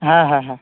হ্যাঁ হ্যাঁ হ্যাঁ